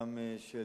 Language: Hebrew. גם של